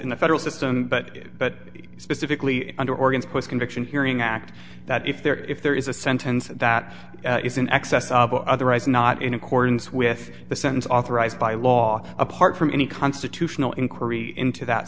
in the federal system but but specifically under organs post conviction hearing act that if there if there is a sentence that is in excess of otherwise not in accordance with the sentence authorized by law apart from any constitutional inquiry into that